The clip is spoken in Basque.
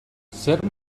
zer